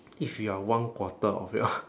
if you are one quarter of your